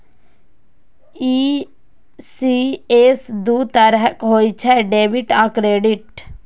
ECS दू तरहक होइ छै, डेबिट आ क्रेडिट